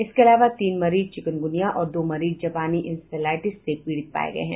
इसके अलावा तीन मरीज चिकनगुनिया और दो मरीज जापानी इंसेफ्लाइटिस से पीड़ित पाये गये है